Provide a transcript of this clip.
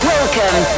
Welcome